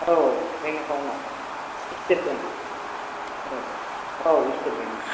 औ बेंक एकाउन्टाव State Bank औ औ स्टेट बेंकनि